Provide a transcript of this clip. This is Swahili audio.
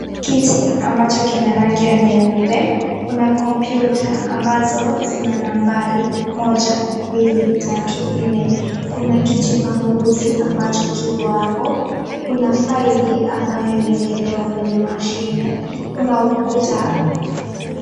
Kiti ambacho kina rangi ya nyeupe, kuna kompyuta ambazo zina nambari moja, mbili, tatu, nne. Kuna kijipanguzi ambacho kipo hapo, kuna faili ambayo imeekelewa kwenye mashine, kuna ukuta.